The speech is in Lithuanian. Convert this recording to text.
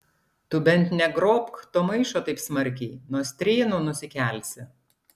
tu bent negrobk to maišo taip smarkiai nuo strėnų nusikelsi